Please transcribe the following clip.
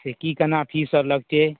से की केना फीस आओर लगतियै